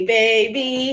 baby